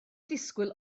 disgwyl